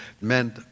meant